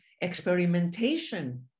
experimentation